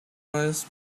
lines